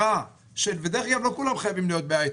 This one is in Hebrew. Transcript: לא כולם חייבים להיות בהייטק.